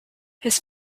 his